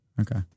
Okay